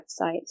website